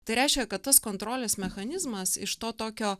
tai reiškia kad tas kontrolės mechanizmas iš to tokio